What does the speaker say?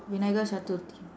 vinayagar sathurthi